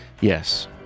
Yes